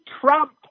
Trump